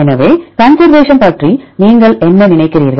எனவே கன்சர்வேஷன் பற்றி நீங்கள் என்ன நினைக்கிறீர்கள்